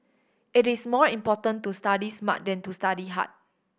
it is more important to study smart than to study hard